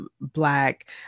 Black